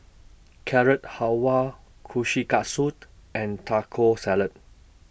Carrot Halwa Kushikatsu and Taco Salad